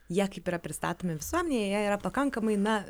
jie kaip yra pristatomi visuomenėje jie yra pakankamai na